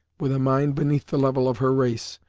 with a mind beneath the level of her race,